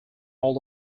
all